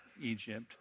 Egypt